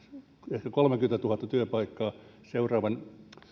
ehkä kolmekymmentätuhatta työpaikkaa seuraavan